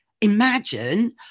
imagine